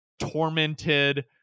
tormented